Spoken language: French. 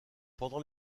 pendant